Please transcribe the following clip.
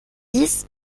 dix